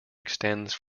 extends